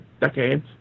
decades